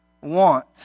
want